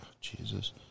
Jesus